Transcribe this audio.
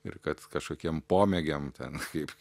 ir kad kažkokiem pomėgiam ten kaip